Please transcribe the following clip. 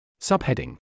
Subheading